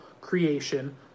creation